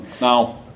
Now